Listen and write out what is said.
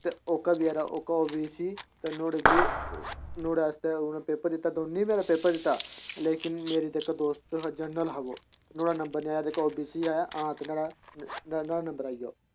इक पेपर दित्ता असें ओह्दा पटवारी ओहका बेचारा ओह् बी सी नुहाड़े च बी नुहाड़े आस्तै बी माड़ा दोस्त हा ओह् नुहाड़ा नम्बर नि आया जेह्का ओ बी सी ऐ ओह् मिलदा जेइयै